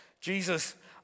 Jesus